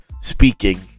speaking